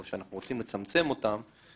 או שאנחנו רוצים לצמצם אותם,